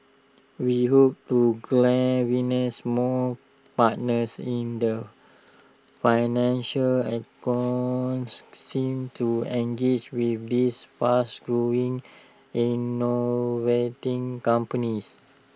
we hope to galvanise more partners in the financial ecosystem to engage with these fast growing innovating companies